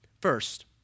First